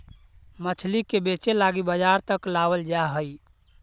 मछली के बेचे लागी बजार तक लाबल जा हई